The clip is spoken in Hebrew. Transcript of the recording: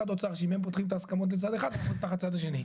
האוצר שאם הם פותחים את ההסכמות לצד אחד אנחנו נפתח לצד השני.